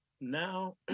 Now